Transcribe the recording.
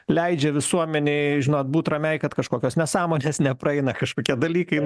leidžia visuomenei žinot būt ramiai kad kažkokios nesąmonės nepraeina kažkokie dalykai